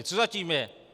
Co za tím je?